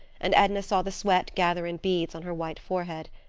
and edna saw the sweat gather in beads on her white forehead.